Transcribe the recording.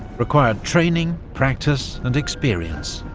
required training, practise and experience.